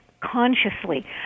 Consciously